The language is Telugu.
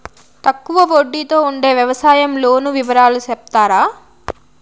తక్కువ వడ్డీ తో ఉండే వ్యవసాయం లోను వివరాలు సెప్తారా?